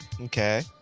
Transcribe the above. Okay